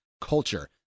culture